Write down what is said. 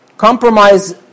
Compromise